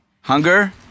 Hunger